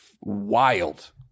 wild